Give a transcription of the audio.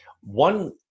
one